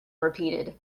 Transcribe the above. repeated